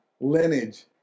lineage